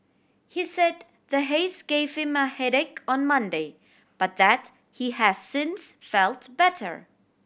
he said the haze gave him a headache on Monday but that he has since felt better